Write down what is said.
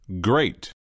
Great